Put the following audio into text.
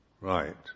right